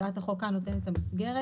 הצעת החוק כאן נותנת את המסגרת,